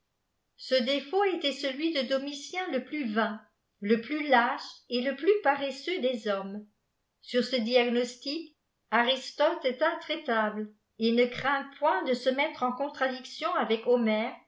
te défaut était telni dô ôodll tiço le plus vain le plus iâche et le plus paresseux des hommes sur ce diagnostic aristote est intraitable et h'e rfaiifî jtft as se mettre en oonlradîci ou avec homère